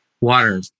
Water